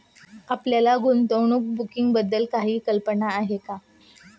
आपल्याला गुंतवणूक बँकिंगबद्दल काही कल्पना आहे का?